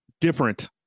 different